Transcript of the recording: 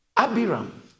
Abiram